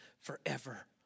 forever